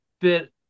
bit